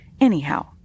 Anyhow